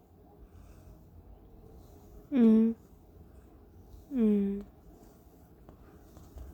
mm mm